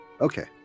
Okay